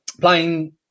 playing